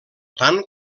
tant